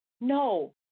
No